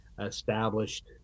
established